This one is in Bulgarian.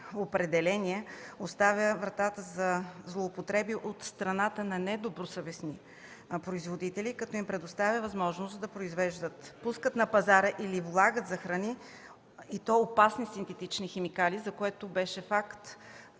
определение оставя вратата за злоупотреби от страна на недобросъвестни производители, като им предоставя възможност да произвеждат, пускат на пазара или влагат в храни, и то опасни, синтетични химикали, за което бяха факт